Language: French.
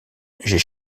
j’ai